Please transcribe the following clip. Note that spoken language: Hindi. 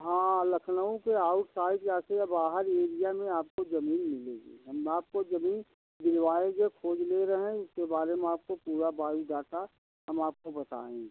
हाँ लखनऊ के आउटसाइड जा कर बाहर एरिया में आपको ज़मीन मिलेगी हम आपको ज़मीन दिलवाएँगे खोज ले रहे हैं उसके बारे में आपको पूरा बायोडाटा हम आपको बताएँगे